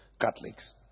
Catholics